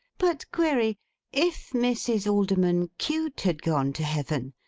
but query if mrs. alderman cute had gone to heaven,